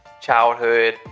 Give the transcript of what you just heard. childhood